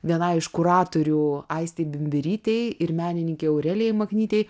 vienai iš kuratorių aistei bimbirytei ir menininkei aurelijai maknytei